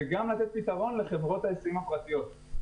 וגם לתת פתרון לחברות ההיסעים הפרטיות.